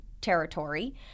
territory